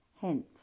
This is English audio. Hint